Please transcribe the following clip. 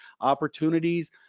Opportunities